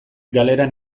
galeran